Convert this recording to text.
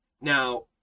Now